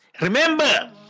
Remember